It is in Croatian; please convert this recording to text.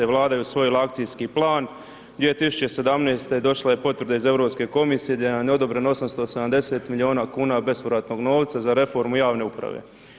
Vlada je usvojila akcijski plan, 2017. došla je potvrda iz Europske komisije gdje nam je odobreno 870 milijuna kuna bespovratnog novca za reformu javne uprave.